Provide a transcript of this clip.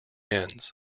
ends